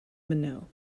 minot